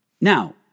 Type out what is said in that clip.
Now